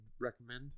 recommend